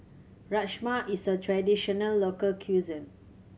rajma is a traditional local cuisine